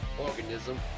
Organism